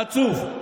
חצוף.